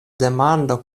demando